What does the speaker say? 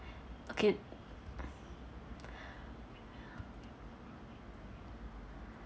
okay